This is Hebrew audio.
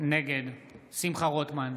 נגד שמחה רוטמן,